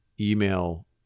email